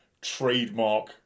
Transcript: trademark